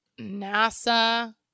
NASA